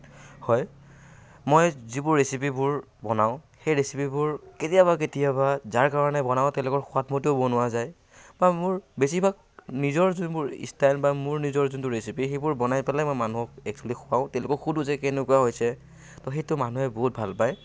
হয় মই যিবোৰ ৰেচিপিবোৰ বনাওঁ সেই ৰেচিপিবোৰ কেতিয়াবা কেতিয়াবা যাৰ কাৰণে বনাওঁ তেওঁলোকৰ সোৱাদমতেও বনোৱা যায় বা মোৰ বেছিভাগ নিজৰ যোনবোৰ ষ্টাইল বা মোৰ নিজৰ যোনটো ৰেচিপি সেইবোৰ বনাই পেলাই মানুহক এক্সোৱেলি খুৱাও তেওঁলোকক সোধো যে কেনেকুৱা হৈছে ত' সেইটো মানুহে বহুত ভাল পায়